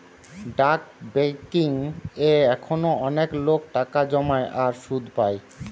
ডাক বেংকিং এ এখনো অনেক লোক টাকা জমায় আর সুধ পায়